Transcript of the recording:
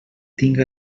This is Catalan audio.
tinga